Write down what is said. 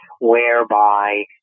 whereby